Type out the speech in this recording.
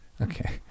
okay